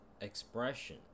Expression